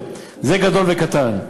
זה גדול וקטן.